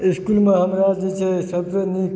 इसकुलमे हमरा जे छै सबसँ नीक